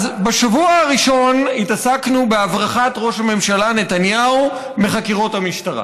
בשבוע הראשון התעסקנו בהברחת ראש הממשלה נתניהו מחקירות המשטרה.